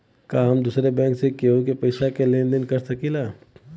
का हम दूसरे बैंक से केहू के पैसा क लेन देन कर सकिला?